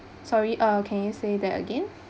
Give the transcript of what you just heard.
sorry uh can you say that again